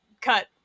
cut